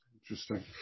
Interesting